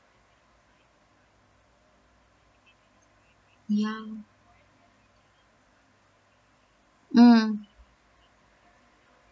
ya mm